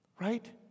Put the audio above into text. right